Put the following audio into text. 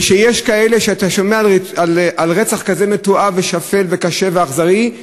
ושיש כאלה שכשאתה שומע על רצח כזה מתועב ושפל וקשה ואכזרי,